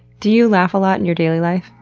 do you laugh a lot in your daily life?